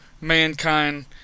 mankind